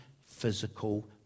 physical